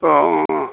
अ अ अ